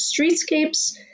streetscapes